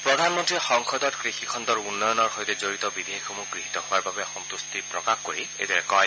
প্ৰধানমন্ত্ৰীয়ে সংসদত কৃষি খণ্ডৰ উন্নয়নৰ সৈতে জড়িত বিধেয়কসমূহ গৃহীত হোৱাৰ বাবে সন্তুষ্টি প্ৰকাশ কৰি এইদৰে কয়